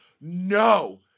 no